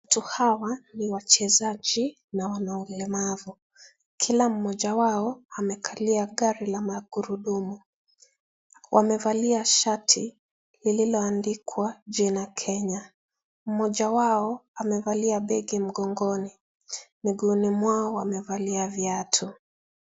Watu hawa ni wachezaji na wana ulemavu. Kila mmoja wao, amekalia gari la magurudumu. Wamevalia shati lililoandikwa jina Kenya. Mmoja wao amevalia begi mgongoni. Miguuni mwao wamevalia viatu.